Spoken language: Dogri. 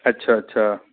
अच्छा अच्छा